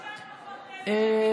כמה שיישן יותר, פחות נזק למדינת ישראל.